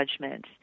judgment